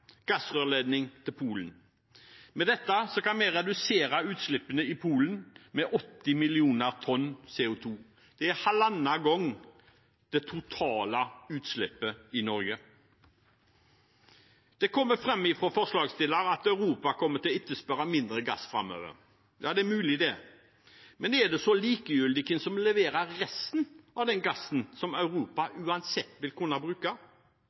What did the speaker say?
gassrørledning til Polen. Med dette prosjektet kan vi redusere utslippene i Polen med 80 millioner tonn CO 2 . Det er 1,5 ganger det totale utslippet i Norge. Det kommer fram fra forslagsstillerne at Europa kommer til å etterspørre mindre gass framover. Det er mulig, men er det likegyldig hvem som leverer resten av den gassen som Europa uansett vil kunne bruke?